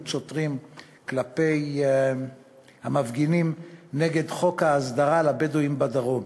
שוטרים כלפי המפגינים נגד חוק ההסדרה לבדואים בדרום.